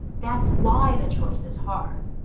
that's why the choice is hard.